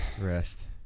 Rest